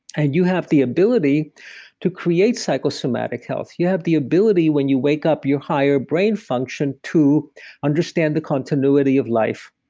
and you have the ability to create psychosomatic health. you have the ability when you wake up, your higher brain function to understand the continuity of life.